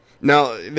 Now